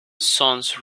sons